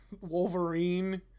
Wolverine